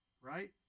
Right